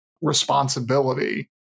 responsibility